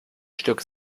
stück